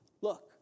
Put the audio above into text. Look